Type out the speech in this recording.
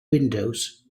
windows